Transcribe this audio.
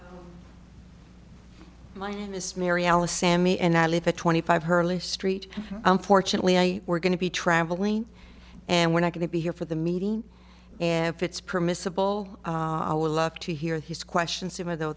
madam my name is mary alice sammy and i live at twenty five hurley street unfortunately i we're going to be traveling and we're not going to be here for the meeting and fitz permissable i would love to hear his questions sooner though